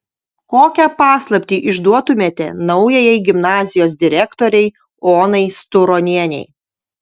kokią paslaptį išduotumėte naujajai gimnazijos direktorei onai sturonienei